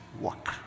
work